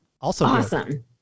awesome